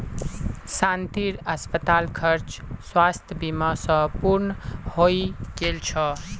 शांतिर अस्पताल खर्च स्वास्थ बीमा स पूर्ण हइ गेल छ